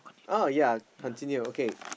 oh ya continue okay